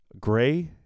gray